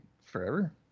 forever